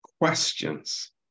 questions